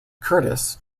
curtis